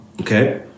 okay